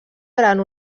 gran